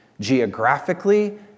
geographically